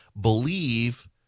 believe